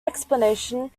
explanation